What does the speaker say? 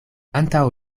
antaŭ